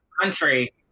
country